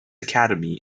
academy